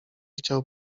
chciał